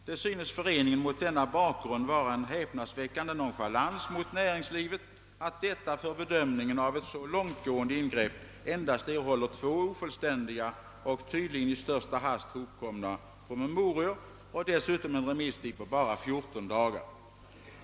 Det synes föreningen mot denna bakgrund vara en häpnadsväckande nonchalans mot näringslivet, att detta för bedömningen av ett så långtgående ingrepp endast erhåller två ofullständiga och tydligen i största hast hopkomna promemorior och dessutom en remisstid på bara 14 dagar.